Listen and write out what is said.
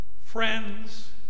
friends